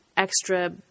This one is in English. extra